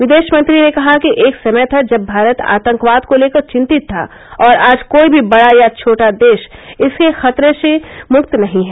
विदेश मंत्री ने कहा कि एक समय था जब भारत आतंकवाद को लेकर चिंतित था और आज कोई भी बड़ा या छोटा देश इसके खतरे से मुक्त नहीं है